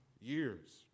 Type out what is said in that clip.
years